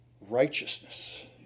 righteousness